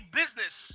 business